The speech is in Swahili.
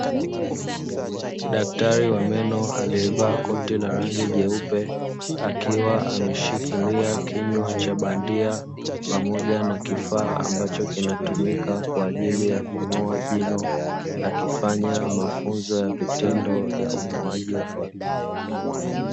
Daktari wa meno alievaa koti la rangi jeupe akiwa ameshikilia kinywa cha bandia pamoja na kifaa ambacho kinatumika kwa ajili ya kung'oa jino, akifanya mafunzo ya vitendo ya ung'oaji wa meno.